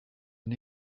and